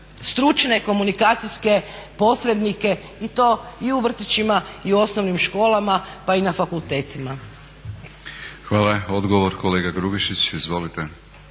stručne komunikacijske posrednike i to i u vrtićima i osnovnim školama pa i na fakultetima. **Batinić, Milorad (HNS)** Hvala. Odgovor kolega Grubišić. Izvolite.